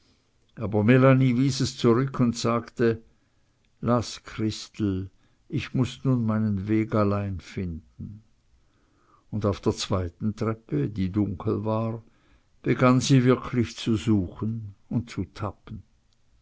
aber melanie wies es zurück und sagte laß christel ich muß nun meinen weg allein finden und auf der zweiten treppe die dunkel war begann sie wirklich zu suchen und zu tappen